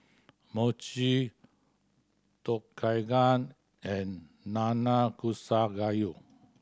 Mochi Tom Kha Gai and Nanakusa Gayu